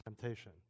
temptation